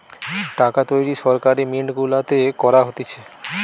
টাকা তৈরী সরকারি মিন্ট গুলাতে করা হতিছে